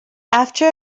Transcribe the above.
after